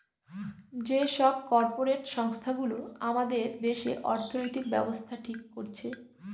যে সব কর্পরেট সংস্থা গুলো আমাদের দেশে অর্থনৈতিক ব্যাবস্থা ঠিক করছে